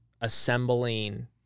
assembling